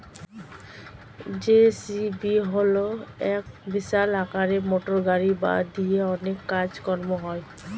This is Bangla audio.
জে.সি.বি হল এক বিশাল আকারের মোটরগাড়ি যা দিয়ে অনেক কাজ কর্ম হয়